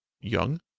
young